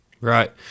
Right